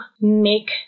make